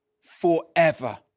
forever